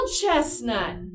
chestnut